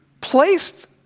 placed